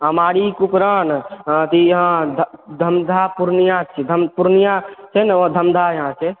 अमाड़ि कुपरान तऽ हऽ धमधा पूर्णिया छियै पूर्णिया छै ने धमधा यएहऽ छै